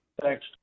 Thanks